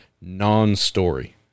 non-story